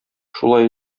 шулай